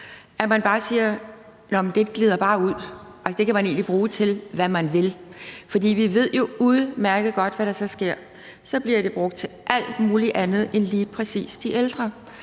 ting, siger, at den bare glider ud, og at den kan man bruge til, hvad man vil. For vi ved jo udmærket godt, hvad der så sker. Så bliver den brugt til alt muligt andet end lige præcis de ældre.